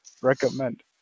recommend